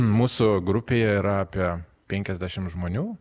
mūsų grupėje yra apie penkiasdešimt žmonių